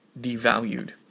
devalued